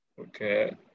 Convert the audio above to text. okay